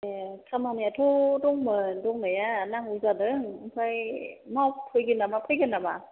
ए खामानिआथ' दंमोन दंनाया नांगौ जादों आमफ्राइ मावफैगोन नामा फैगोन नामा